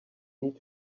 need